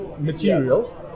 material